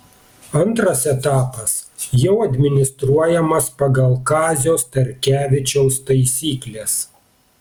antras etapas jau administruojamas pagal kazio starkevičiaus taisykles